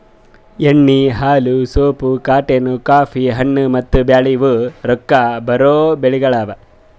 ಎಣ್ಣಿ, ಹಾಲು, soap, cotton, coffee, ಹಣ್ಣು, ಮತ್ತ ಬ್ಯಾಳಿ ಇವು ರೊಕ್ಕಾ ಬರೋ ಬೆಳಿಗೊಳ್ ಅವಾ